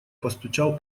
постучал